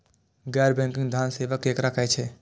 गैर बैंकिंग धान सेवा केकरा कहे छे?